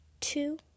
Two